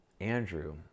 Andrew